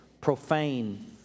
profane